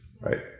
Right